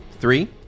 three